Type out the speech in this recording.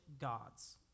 gods